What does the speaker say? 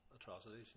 atrocities